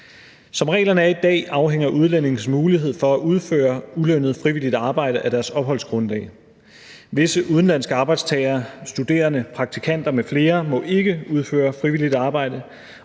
Som reglerne er i dag, afhænger udlændinges muligheder for at udføre ulønnet frivilligt arbejde af deres opholdsgrundlag. Visse udenlandske arbejdstagere, studerende, praktikanter m.fl. må ikke udføre frivilligt arbejde,